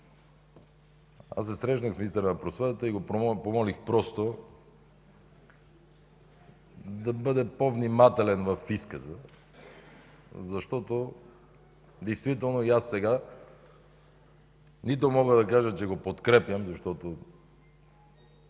Аз се срещнах с министъра на просветата и го помолих просто да бъде по-внимателен в изказа си. Действително и аз сега нито мога да кажа, че го подкрепям, защото